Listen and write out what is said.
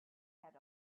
had